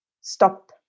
stop